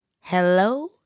Hello